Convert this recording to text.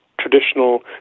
traditional